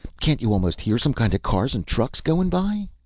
can't you almost hear some kinda cars and trucks goin' by?